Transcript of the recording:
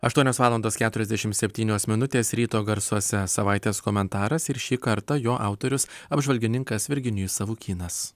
aštuonios valandos keturiasdešimt septynios minutės ryto garsuose savaitės komentaras ir šį kartą jo autorius apžvalgininkas virginijus savukynas